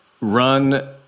run